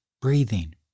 Breathing